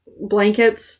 blankets